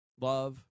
love